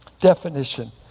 Definition